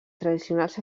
tradicionals